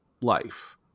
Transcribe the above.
life